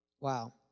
Wow